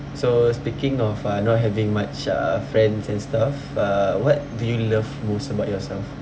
so speaking of uh not having much uh friends and stuff uh what do you love most about yourself